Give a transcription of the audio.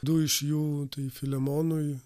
du iš jų tai filemonui